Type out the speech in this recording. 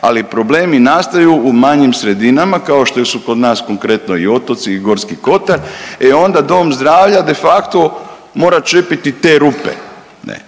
ali problemi nastaju u malim sredinama, kao što su kod nas konkretno i otoci i Gorski kotar, e onda dom zdravlja de facto mora čepiti te rupe,